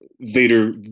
vader